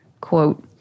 Quote